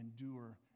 endure